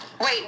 Wait